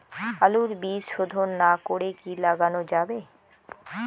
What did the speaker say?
আলুর বীজ শোধন না করে কি লাগানো যাবে?